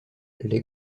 les